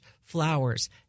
flowers